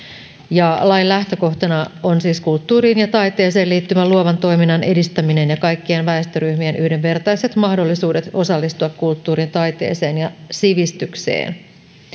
lain lähtökohtana on siis kulttuuriin ja taiteeseen liittyvän luovan toiminnan edistäminen ja kaikkien väestöryhmien yhdenvertaiset mahdollisuudet osallistua kulttuuriin taiteeseen ja sivistykseen